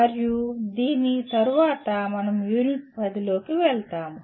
మరియు దీని తరువాత మనం యూనిట్ 10 లోకి వెళ్తాము